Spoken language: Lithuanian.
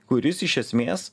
kuris iš esmės